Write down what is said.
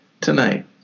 tonight